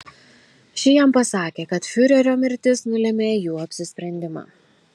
ši jam pasakė kad fiurerio mirtis nulėmė jų apsisprendimą